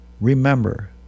remember